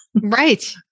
Right